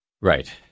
Right